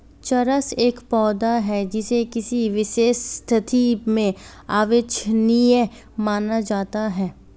चरस एक पौधा है जिसे किसी विशेष स्थिति में अवांछनीय माना जाता है